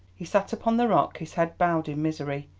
he sat upon the rock, his head bowed in misery.